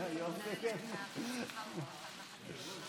שתעשו עבודת קודש למען כל עם ישראל.